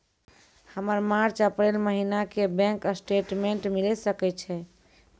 हमर March April महीना के बैंक स्टेटमेंट मिले सकय छै?